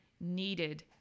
needed